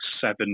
seven